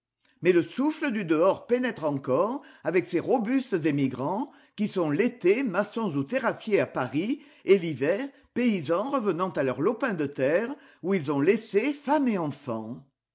mais le souffle du dehors pénètre encore avec ces robustes émigrants qui sont l'été maçons ou terrassiers à paris et l'hiver paysans revenant à leur lopin de terre où ils ont laissé femme et enfants